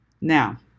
Now